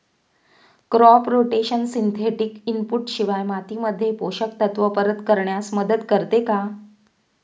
Crop rotation synthetic input शिवाय मातीमध्ये पोषक तत्त्व परत करण्यास मदत करते का?